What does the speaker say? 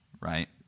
right